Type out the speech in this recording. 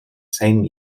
same